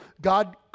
God